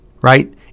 right